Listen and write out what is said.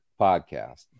podcast